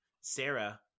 Sarah